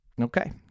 Okay